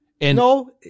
No